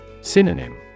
Synonym